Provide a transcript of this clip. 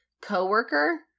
co-worker